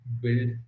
build